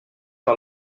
par